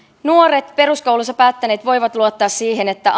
nuoret peruskoulunsa päättäneet voivat luottaa siihen että